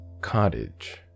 Cottage